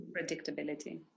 Predictability